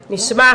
נשמח,